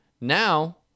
Now